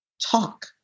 talk